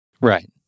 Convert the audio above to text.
right